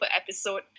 episode